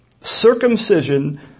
circumcision